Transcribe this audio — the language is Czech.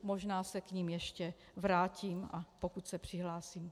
Možná se k nim ještě vrátím, pokud se přihlásím.